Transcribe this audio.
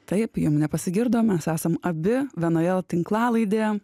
taip jum nepasigirdo mes esam abi vienoje tinklalaidėje